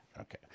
okay